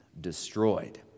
destroyed